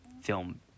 film